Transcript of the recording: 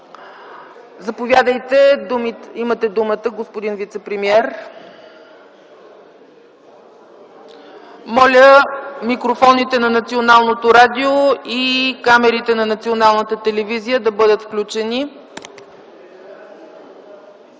Заповядайте, имате думата, господин вицепремиер. Моля микрофоните на Националното радио и камерите на Националната телевизия да бъдат включени.